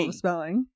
spelling